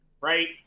Right